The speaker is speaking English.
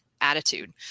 attitude